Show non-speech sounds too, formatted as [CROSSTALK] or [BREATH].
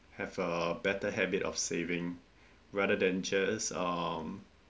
have a better habit of saving [BREATH] rather than just um